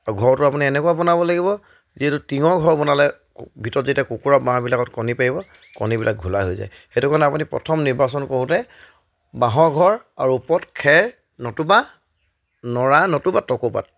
ঘৰটো আপুনি এনেকুৱা বনাব লাগিব যিহেতু টিঙৰ ঘৰ বনালে ভিতৰত যেতিয়া কুকুৰা বাঁহবিলাকত কণী পাৰিব কণীবিলাক ঘোলা হৈ যায় সেইটো কাৰণে আপুনি প্ৰথম নিৰ্বাচন কৰোঁতে বাঁহৰ ঘৰ আৰু ওপৰত খেৰ নতুবা নৰা নতুবা টকোপাত